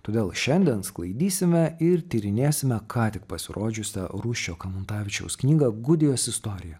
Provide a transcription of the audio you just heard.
todėl šiandien sklaidysime ir tyrinėsime ką tik pasirodžiusią rūsčio kamuntavičiaus knygą gudijos istorija